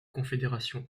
confédération